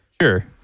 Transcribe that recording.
Sure